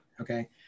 Okay